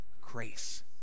Grace